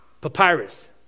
papyrus